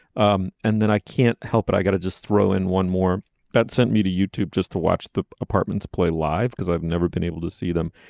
um and then i can't help but i got to just throw in one more that sent me to youtube just to watch the apartments play live because i've never been able to see them.